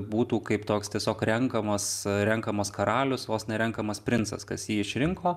būtų kaip toks tiesiog renkamas renkamas karalius vos ne renkamas princas kas jį išrinko